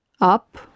Up